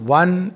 one